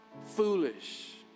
foolish